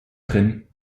drin